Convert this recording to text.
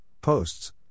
posts